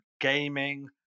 gaming